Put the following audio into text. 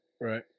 Right